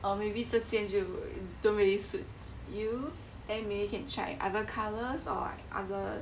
or maybe 这件就 don't really suits you then maybe can try other colours or other